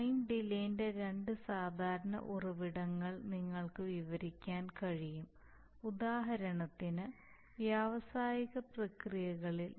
time ഡിലേന്റെ രണ്ട് സാധാരണ ഉറവിടങ്ങൾ നിങ്ങൾക്ക് വിവരിക്കാൻ കഴിയും ഉദാഹരണത്തിന് വ്യാവസായിക പ്രക്രിയകളിൽ